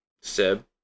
seb